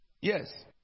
Yes